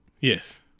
Yes